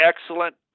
excellent